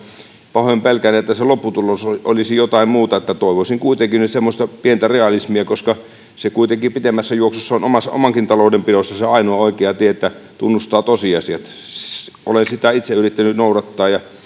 pahoin pelkään että se lopputulos olisi jotain muuta toivoisin kuitenkin nyt semmoista pientä realismia koska se kuitenkin pitemmässä juoksussa on omankin talouden pidossa se ainoa oikea tie että tunnustaa tosiasiat olen sitä itse yrittänyt noudattaa ja